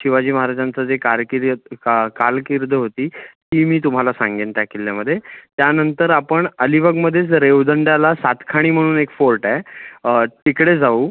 शिवाजी महाराजांचं जे कारकीर्यद का कारकीर्द होती ती मी तुम्हाला सांगेन त्या किल्ल्यामध्ये त्यानंतर आपण अलिबागमध्येच रेवदंड्याला सातखाणी म्हणून एक फोर्ट आहे तिकडे जाऊ